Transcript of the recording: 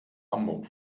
hamburg